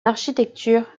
architecture